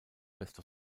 best